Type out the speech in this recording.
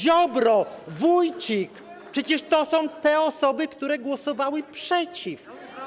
Ziobro, Wójcik - przecież to są te osoby, które głosowały przeciw.